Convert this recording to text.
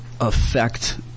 affect